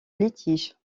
litige